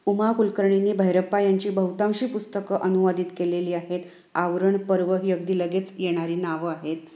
उमा कुलकर्णीनी भैरप्पा यांची बहुतांशी पुस्तकं अनुवादित केलेली आहेत आवरण पर्व ही अगदी लगेच येणारी नावं आहेत